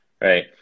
right